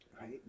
right